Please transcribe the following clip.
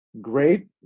great